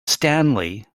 stanley